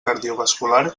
cardiovascular